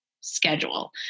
schedule